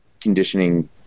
conditioning